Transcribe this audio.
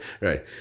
right